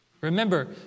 remember